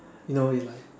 you know is like